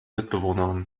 mitbewohnerin